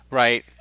right